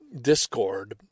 Discord